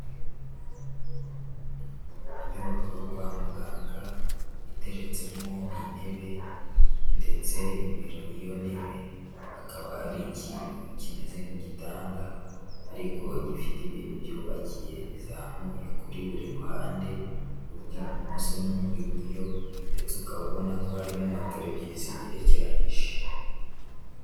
Inyubako yo kwa muganga iteretsemo intebe ndetse imbere y'iyo ntebe hakaba hari ikintu kimeze nk'igitanda ariko gifite ibintu byubakiye bizamuye kuri buri ruhande, urw'ibumoso n'urw'iburyo ndetse ukaba ubona ko harimo motora ebyiri zigerekeranyije.